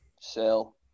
Sell